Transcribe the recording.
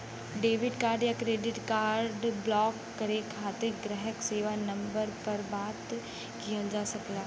debit card या credit card block करे खातिर ग्राहक सेवा नंबर पर बात किहल जा सकला